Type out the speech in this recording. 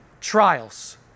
Trials